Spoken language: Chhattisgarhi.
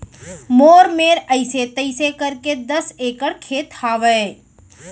मोर मेर अइसे तइसे करके दस एकड़ खेत हवय